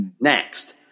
next